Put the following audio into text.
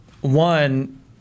one